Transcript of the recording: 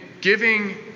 giving